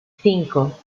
cinco